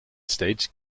states